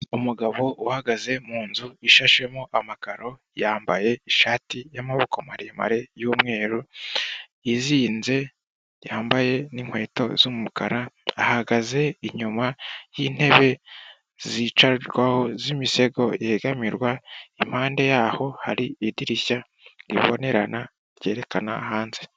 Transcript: Umugabo uhagaze mun nzu ishashemo amakaro yambaye ishati y'amaboko maremare y'umweru yizinze yambaye n'inkweto z'umukara, ahagaze inyuma y'intebe zicarwaho z'imisego yegamirwa, impande yaho hari idirishya ribonerana ryerekana hanze.